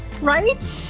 right